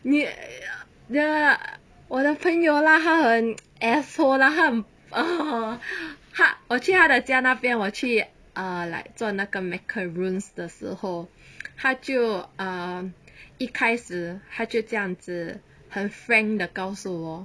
你 !aiya! ya 我的朋友啦他很 asshole lah 他很 他我去他的家那边我去 ah like 做那个 macarons 的时候他就 ah 一开始他就这样子很 frank 的告诉我